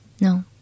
No